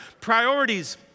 priorities